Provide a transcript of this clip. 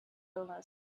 illness